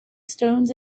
stones